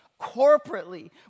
corporately